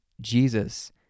Jesus